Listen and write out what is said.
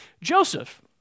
Joseph